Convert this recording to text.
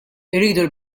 iridu